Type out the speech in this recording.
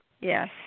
Yes